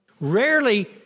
Rarely